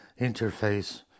interface